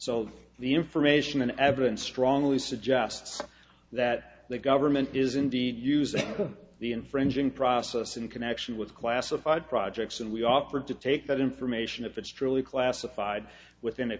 so the information and evidence strongly suggests that the government is indeed using the infringing process in connection with classified projects and we offered to take that information if it's truly classified within